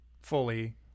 fully